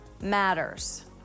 matters